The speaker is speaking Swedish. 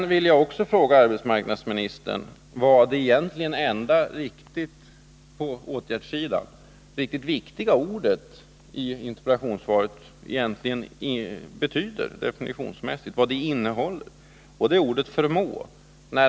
Jag vill också fråga arbetsmarknadsministern vad det på åtgärdssidan egentligen enda riktigt viktiga ordet i interpellationssvaret, nämligen ”förmå”, definitionsmässigt innehåller.